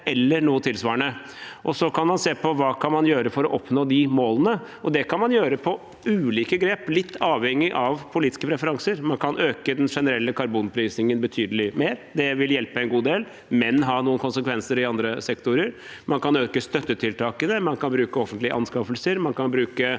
eller noe tilsvarende. Så kan man se på hva man kan gjøre for å oppnå målene, og det kan man gjøre med ulike grep, litt avhengig av politiske preferanser. Man kan øke den generelle karbonprisingen betydelig mer, det vil hjelpe en god del, men ha noen konsekvenser i andre sektorer. Man kan øke støttetiltakene, man kan bruke offentlige anskaffelser, man kan bruke